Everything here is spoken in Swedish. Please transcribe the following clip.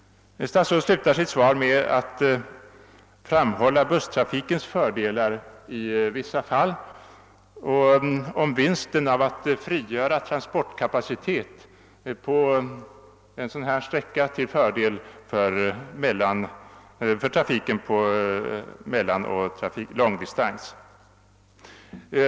Statsrådet slutar sitt svar med att framhålla busstrafikens fördelar i vissa fall och vinsten av att frigöra transportkapacitet på en sådan här sträcka till förmån för trafiken på medeloch långdistans.